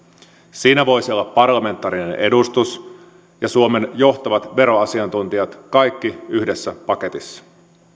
siinä voisi olla parlamentaarinen edustus ja suomen johtavat veroasiantuntijat kaikki yhdessä paketissa